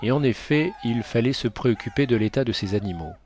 et en effet il fallait se préoccuper de l'état de ces animaux